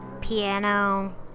piano